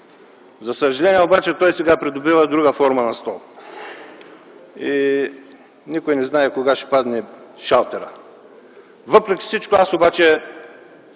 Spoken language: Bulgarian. За съжаление обаче той сега придобива друга форма на стол. Никой не знае кога ще падне шалтерът. Въпреки всичко обаче